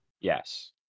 yes